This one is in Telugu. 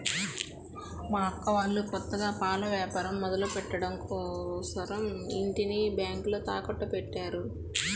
మా అక్క వాళ్ళు కొత్తగా పాల వ్యాపారం మొదలుపెట్టడం కోసరం ఇంటిని బ్యేంకులో తాకట్టుపెట్టారు